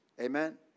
Amen